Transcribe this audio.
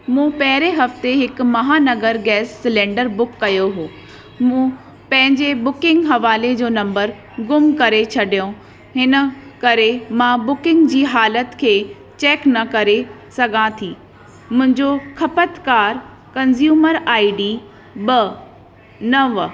मूं पहिरें हफ़्ते हिकु महानगर गैस सिलैंडर बुक कयो हुओ मूं पंहिंजे बुकिंग हवाले जो नंबर गुम करे छॾियो हिन करे मां बुकिंग जी हालति खे चैक न करे सघां थी मुंजो खपतकार कंज़्यूमर आईडी ॿ नव